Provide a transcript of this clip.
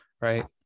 right